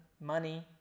money